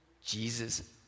Jesus